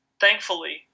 thankfully